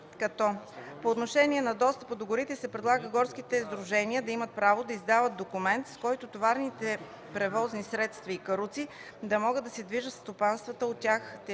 По отношение на достъпа до горите се предлага горските сдружения да имат право да издават документ, с който товарни превозни средства и каруци да могат да се движат в стопанисваната от тях